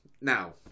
now